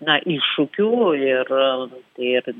na iššūkių ir ir